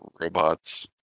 robots